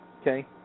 Okay